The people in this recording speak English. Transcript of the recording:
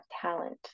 talent